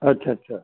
ਅੱਛਾ ਅੱਛਾ